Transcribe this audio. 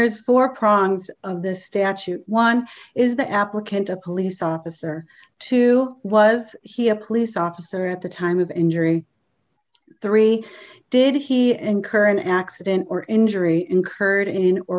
of the statute one is the applicant a police officer two was he a police officer at the time of injury three did he encourage an accident or injury incurred in or